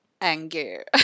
anger